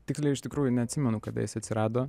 tiksliai iš tikrųjų neatsimenu kada jis atsirado